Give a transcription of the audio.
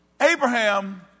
Abraham